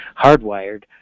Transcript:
hardwired